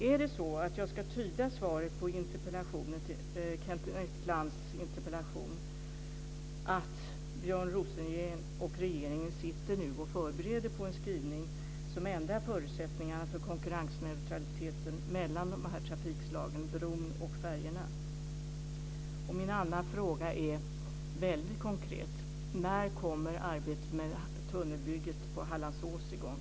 Min första fråga är följande: Ska jag tyda svaret på Kenneth Lantz interpellation som att Björn Rosengren och regeringen nu förbereder en skrivning som ändrar förutsättningarna för konkurrensneutraliteten mellan de här trafikslagen - bron och färjorna? Min andra fråga är väldigt konkret: När kommer arbetet med tunnelbygget på Hallandsås i gång?